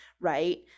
right